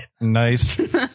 Nice